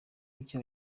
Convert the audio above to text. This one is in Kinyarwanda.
kucyo